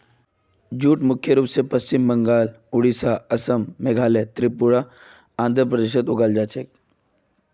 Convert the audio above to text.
jute मुख्य रूप स पश्चिम बंगाल, ओडिशा, असम, मेघालय, त्रिपुरा आर आंध्र प्रदेशत उगाल जा छेक